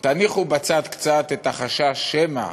תניחו בצד קצת את החשש שמא,